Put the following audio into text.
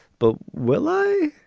but will i?